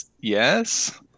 Yes